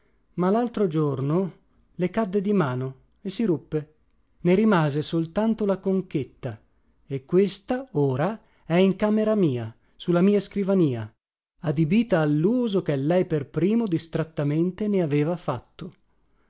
ma laltro giorno le cadde di mano e si ruppe ne rimase soltanto la conchetta e questa ora è in camera mia su la mia scrivania adibita alluso che lei per primo distrattamente ne aveva fatto